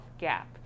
gap